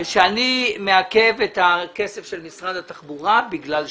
נאמר שאני מעכב את הכסף של משרד התחבורה בגלל שבת.